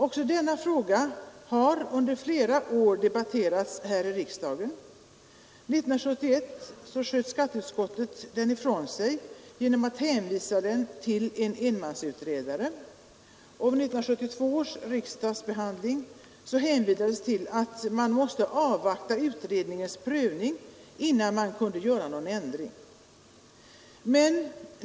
Också denna fråga har under flera år debatterats här i riksdagen. År 1971 sköt skatteutskottet den ifrån sig genom att hänvisa frågan till en enmansutredare. Och vid 1972 års riksdagsbehandling hänvisades till att man måste avvakta utredningens prövning innan man kunde göra någon ändring.